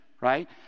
right